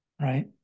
right